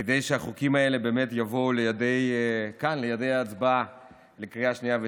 כדי שהחוקים האלה יבוא לידי הצבעה לקריאה השנייה והשלישית.